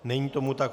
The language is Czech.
Není tomu tak.